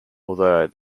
although